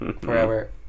forever